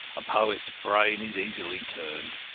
a poet's brain is easily turned.